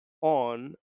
on